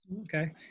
okay